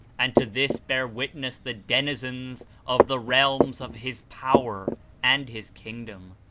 and to this bear witness the denizens of the realms of his power and his kingdom,